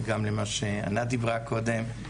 גם למה שענת דיברה קודם,